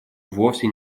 вовсе